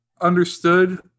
understood